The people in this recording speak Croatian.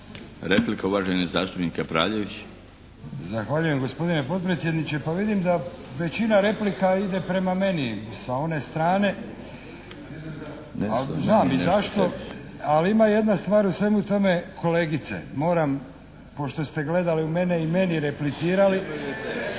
**Kapraljević, Antun (HNS)** Zahvaljujem gospodine potpredsjedniče. Pa vidim da većina replika ide prema meni sa one strane, a znam i zašto, ali ima jedna stvar u svemu tome. Kolegice moram, pošto ste gledali u mene i meni replicirali,